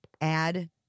add